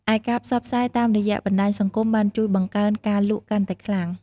ឯការផ្សព្វផ្សាយតាមរយៈបណ្ដាញសង្គមបានជួយបង្កើនការលក់កាន់តែខ្លាំង។